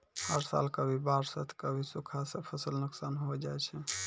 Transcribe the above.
हर साल कभी बाढ़ सॅ त कभी सूखा सॅ फसल नुकसान होय जाय छै